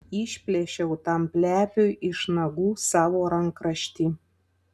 išplėšiau tam plepiui iš nagų savo rankraštį